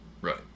Right